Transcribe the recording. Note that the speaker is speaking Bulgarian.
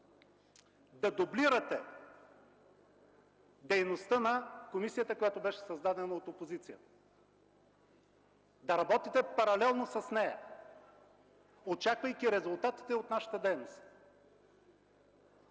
да дублирате дейността на комисията, която беше създадена от опозицията, да работите паралелно с нея, очаквайки резултатите от нашата дейност.